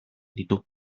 ditu